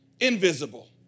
invisible